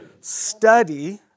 Study